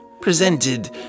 Presented